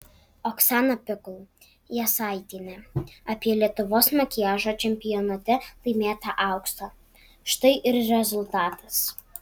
oksana pikul jasaitienė apie lietuvos makiažo čempionate laimėtą auksą štai ir rezultatas